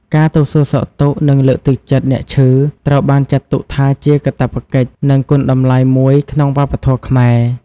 ការទៅសួរសុខទុក្ខ និងលើកទឹកចិត្តអ្នកឈឺ ត្រូវបានចាត់ទុកថាជាកាតព្វកិច្ច និងគុណតម្លៃមួយក្នុងវប្បធម៌ខ្មែរ។